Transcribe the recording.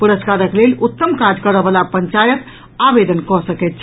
पुरस्कारक लेल उत्तम काज करय वला पंचायत आवेदन कऽ सकैत अछि